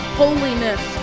holiness